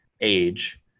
age